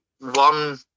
one